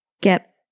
get